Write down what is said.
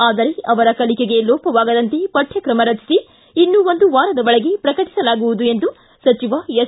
ಆದರೆ ಅವರ ಕಲಿಕೆಗೆ ಲೋಪವಾಗದಂತೆ ಪಠ್ವಕ್ರಮ ರಚಿಸಿ ಇನ್ನು ಒಂದು ವಾರದ ಒಳಗೆ ಪ್ರಕಟಿಸಲಾಗುವುದು ಎಂದು ಸಚಿವ ಎಸ್